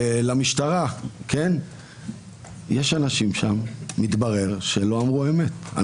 והמשטרה: יש שם אנשים, שלא אמרו אמת מתברר.